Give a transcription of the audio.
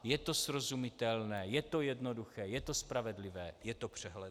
Je to srozumitelné, je to jednoduché, je to spravedlivé, je to přehledné.